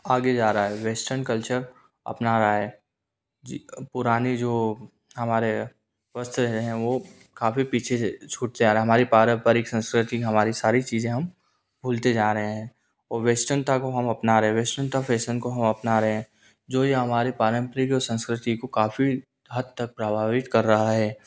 आगे जा रहा है वेस्टर्न कल्चर अपना रहा है जी पुराने जो हमारे वस्त्र हैं वो काफ़ी पीछे से छूट जा रहा हमारी पारंपरिक संस्कृति हमारी सारी चीज़ें हम भूलते जा रहे हैं औ वेस्टनता को हम अपना रह वेस्टनता फेसन को हम अपना रहे हैं जो ये हमारी पारंपरिक जो संस्कृति को काफ़ी हद तक प्रभावित कर रहा है